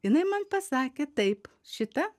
jinai man pasakė taip šita